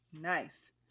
Nice